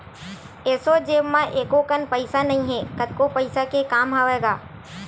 एसो जेब म एको कन पइसा नइ हे, कतको पइसा के काम हवय गा